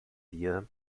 wir